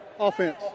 Offense